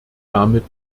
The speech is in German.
damit